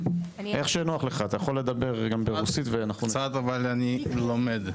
ואני אוהב אותה.